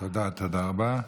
תודה רבה.